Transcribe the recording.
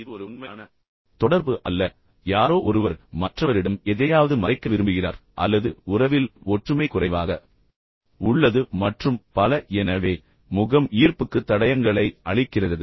இது ஒரு உண்மையான தொடர்பு அல்ல ஒருவித நேர்மையின்மை உள்ளது யாரோ ஒருவர் மற்றவரிடம் எதையாவது மறைக்க விரும்புகிறார் அல்லது உறவில் ஒற்றுமை குறைவாக உள்ளது மற்றும் பல எனவே முகம் ஈர்ப்புக்கு தடயங்களை அளிக்கிறது